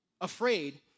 afraid